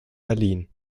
berlin